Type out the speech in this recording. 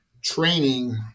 training